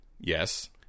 Yes